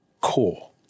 core